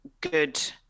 good